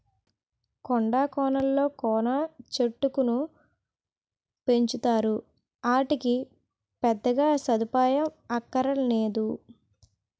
కొండా కోనలలో కోకా చెట్టుకును పెంచుతారు, ఆటికి పెద్దగా సదుపాయం అక్కరనేదు